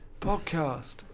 podcast